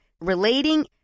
relating